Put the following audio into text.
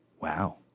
Wow